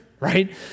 right